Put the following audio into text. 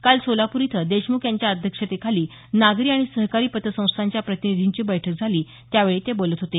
काल सोलापूर इथं देशमुख यांच्या अध्यक्षतेखाली नागरी आणि सहकारी पतसंस्थांच्या प्रतिनिधींची बैठक झाली त्यावेळी ते बोलत होते